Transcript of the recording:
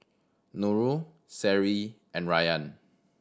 Nurul Seri and Ryan